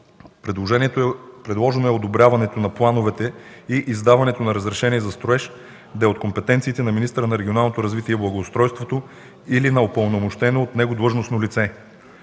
Предложено е одобряването на плановете и издаването на разрешение за строеж да е от компетенциите на министъра на регионалното развитие и благоустройството или на упълномощено от него длъжностно лице.